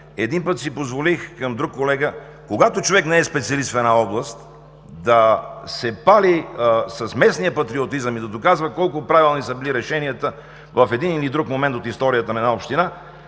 Един път си позволих към друг колега – когато човек не е специалист в една област, да се пали с местния патриотизъм и да доказва колко правилни са били решенията в един или друг момент от историята на една община,